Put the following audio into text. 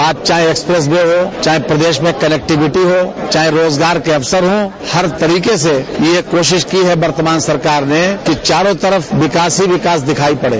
आज चाहे expressway हो चाहे प्रदेश में कनेक्टविटी हो चाहे रोजगार के अवसर हो हर तरीके से यह कोशिश की है वर्तमान सरकार ने कि चारों तरफ विकास ही विकास दिखाई पड़े